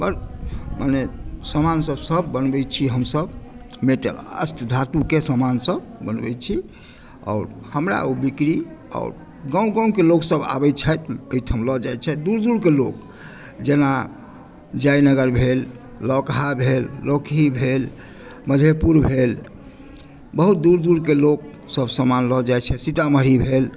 मने समान सभ सभ बनबै छी हमसभ मेटल अष्टधातुके समान सभ बनबै छी आओर हमरा ओ बिक्री गाँवके लोक सभ आबै छथि एहिठाम लऽ जाइत छथि दूर दूरके लोक जेना जयनगर भेल लोकहा भेल मधेपुर भेल बहुत दूर दूरके लोक सभ समान लऽ जाइत छथि सीतामढ़ी भेल